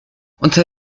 unter